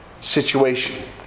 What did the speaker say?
situation